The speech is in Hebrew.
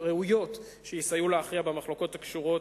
ראויים שיסייעו להכריע במחלוקות הקשורות